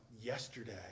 yesterday